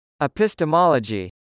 Epistemology